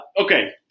Okay